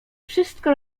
wszystko